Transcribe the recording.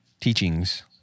teachings